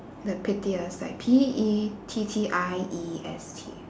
the pettiest like P E T T I E S T